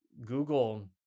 Google